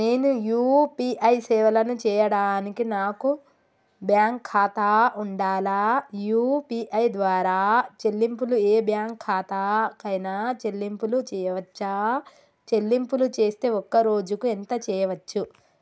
నేను యూ.పీ.ఐ సేవలను చేయడానికి నాకు బ్యాంక్ ఖాతా ఉండాలా? యూ.పీ.ఐ ద్వారా చెల్లింపులు ఏ బ్యాంక్ ఖాతా కైనా చెల్లింపులు చేయవచ్చా? చెల్లింపులు చేస్తే ఒక్క రోజుకు ఎంత చేయవచ్చు?